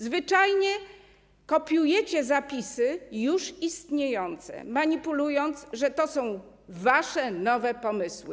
Zwyczajnie kopiujecie zapisy już istniejące, manipulując, że to są wasze nowe pomysły.